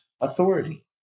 authority